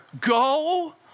Go